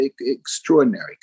extraordinary